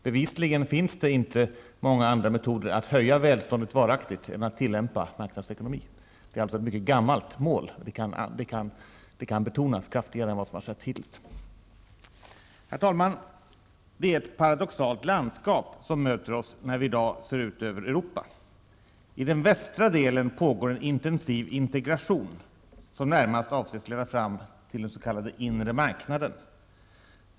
Bevisligen finns det inte många andra metoder att höja välståndet varaktigt än att tillämpa marknadsekonomi. Det är alltså ett mycket gammalt mål, och det kan betonas kraftigare än vad som har skett hittills. Herr talman! Det är ett paradoxalt landskap som möter oss när vi i dag ser ut över Europa. I den västra delen pågår en intensiv integration, som närmast avses leda fram till den s.k. inre marknaden.